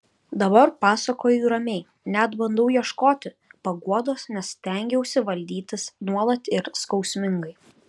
dabar pasakoju ramiai net bandau ieškoti paguodos nes stengiausi valdytis nuolat ir skausmingai